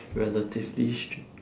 relatively straight